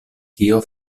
kio